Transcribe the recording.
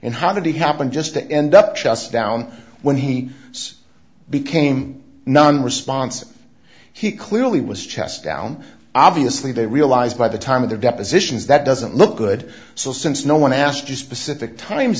and how did he happen just to end up just down when he became non responsive he clearly was chest down obviously they realized by the time of the depositions that doesn't look good so since no one asked you specific times